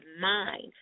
mind